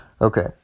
Okay